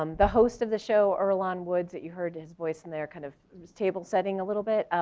um the host of the show are ilan woods that you heard his voice in their kind of stable setting a little bit.